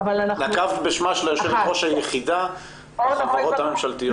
נקבת בשמה של היושבת-ראש היחידה בחברות הממשלתיות.